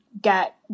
get